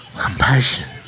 compassion